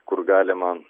kur galima